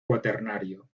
cuaternario